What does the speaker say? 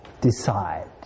decide